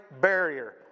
barrier